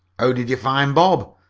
how did you find bob?